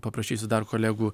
paprašysiu dar kolegų